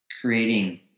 creating